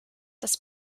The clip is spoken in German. das